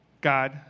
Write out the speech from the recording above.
God